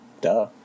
Duh